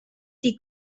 die